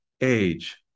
age